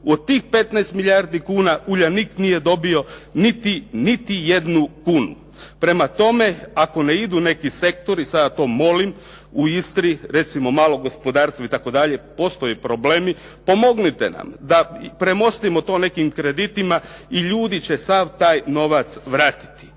Od tih 15 milijardi kuna "Uljanik" nije dobio niti jednu kunu. Prema tome, ako ne idu neki sektori, sada to molim, u Istri, recimo malo gospodarstvo itd. postoje problemi, pomognite nam da premostimo to nekim kreditima i ljudi će sav taj novac vratiti.